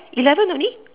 eleven only